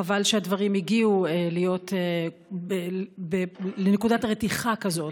חבל שהדברים הגיעו לנקודת רתיחה כזאת.